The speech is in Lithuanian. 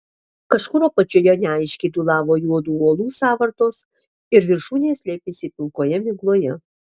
kažkur apačioje neaiškiai dūlavo juodų uolų sąvartos ir viršūnės slėpėsi pilkoje migloje